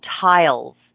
tiles